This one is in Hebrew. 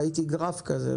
ראיתי גרף כזה,